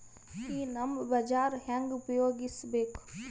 ಈ ನಮ್ ಬಜಾರ ಹೆಂಗ ಉಪಯೋಗಿಸಬೇಕು?